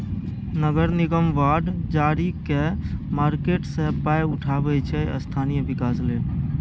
नगर निगम बॉड जारी कए मार्केट सँ पाइ उठाबै छै स्थानीय बिकास लेल